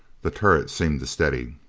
the turret seemed to steady.